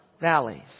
valleys